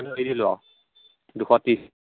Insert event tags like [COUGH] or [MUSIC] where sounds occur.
[UNINTELLIGIBLE] দুশ ত্ৰিছ